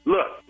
Look